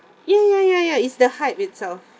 ya ya ya ya it's the hype itself